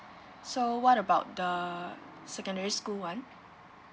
so what about the secondary school [one]